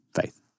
faith